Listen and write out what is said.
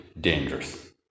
dangerous